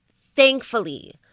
thankfully